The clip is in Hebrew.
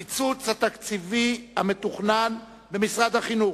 270 ו-272: הקיצוץ התקציבי המתוכנן במשרד החינוך.